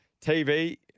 TV